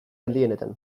handienetan